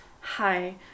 Hi